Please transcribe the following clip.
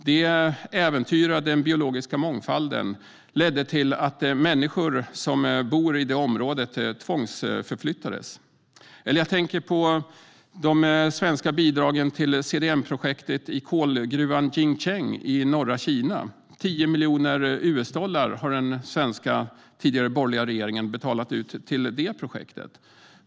Det äventyrade den biologiska mångfalden och ledde till att människor som bor i området tvångsförflyttades. Jag tänker också på de svenska bidragen till CDM-projektet i kolgruvan Jincheng i norra Kina. Den tidigare svenska borgerliga regeringen har betalat ut 10 miljoner US-dollar till det projektet.